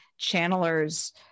channelers